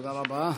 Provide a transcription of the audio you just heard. תודה רבה.